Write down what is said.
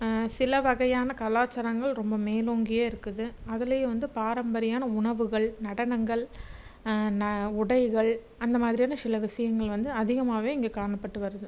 சில வகையான கலாச்சாரங்கள் ரொம்ப மேலோங்கியே இருக்குது அதுலையும் வந்து பாரம்பரியான உறவுகள் நடனங்கள் ந உடைகள் அந்த மாதிரியான சில விஷயங்கள் வந்து அதிகமாகவே இங்கே காணப்பட்டு வருது